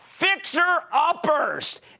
Fixer-uppers